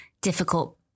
difficult